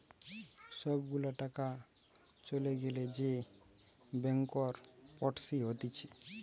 সব গুলা টাকা চলে গ্যালে যে ব্যাংকরপটসি হতিছে